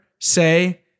say